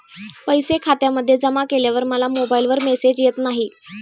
पैसे खात्यामध्ये जमा केल्यावर मला मोबाइलवर मेसेज येत नाही?